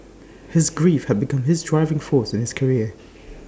his grief had become his driving force in his career